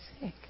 sick